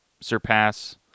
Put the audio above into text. surpass